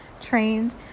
trained